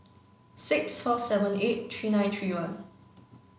six four seven eight three nine three one